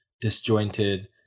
disjointed